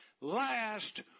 last